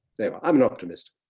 yeah, i'm an optimist.